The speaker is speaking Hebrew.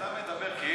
אתה מדבר כאילו,